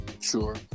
Sure